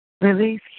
Release